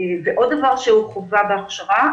עוד דבר שהוא חובה בהכשרה,